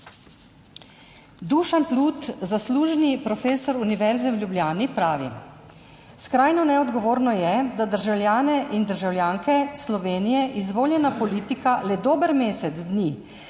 Dušan Plut, zaslužni profesor Univerze v Ljubljani, pravi: "Skrajno neodgovorno je, da državljane in državljanke Slovenije izvoljena politika le dober mesec dni